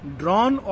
drawn